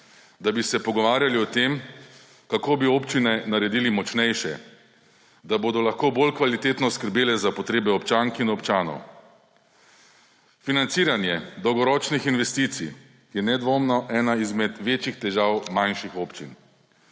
da bi se pogovarjali o tem, kako bi občine naredili močnejše, da bodo lahko bolj kvalitetno skrbele za potrebe občank in občanov. Financiranje dolgoročnih investicij je nedvomno ena izmed večjih težav manjših občin.